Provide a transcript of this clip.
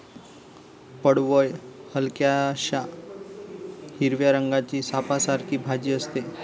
पडवळ हलक्याशा हिरव्या रंगाची सापासारखी भाजी असते